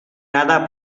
nada